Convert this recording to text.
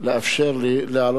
נצביע על